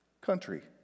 country